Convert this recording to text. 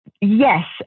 yes